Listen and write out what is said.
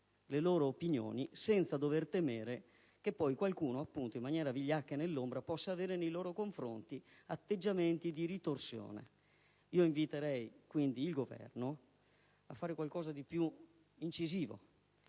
le proprie opinioni, senza dover temere che qualcuno, in maniera vigliacca e nell'ombra, possa assumere nei suoi confronti atteggiamenti di ritorsione. Inviterei quindi il Governo a fare qualcosa di più incisivo,